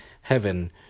heaven